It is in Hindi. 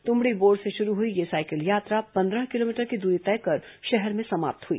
तुमड़ीबोड़ से शुरू हुई यह साइकिल यात्रा पंद्रह किलोमीटर की दूरी तय कर शहर में समाप्त हुई